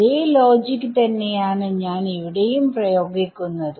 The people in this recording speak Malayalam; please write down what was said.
അതേ ലോജിക് തന്നെയാണ് ഞാൻ ഇവിടെയും പ്രയോഗിക്കുന്നത്